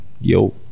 Yo